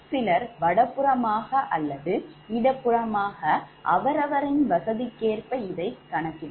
சிலர் இடப்புறமாக அல்லது வலப்புறமாக அவரவரின் வசதிக்கேற்ப இதை கணக்கிடலாம்